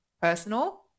personal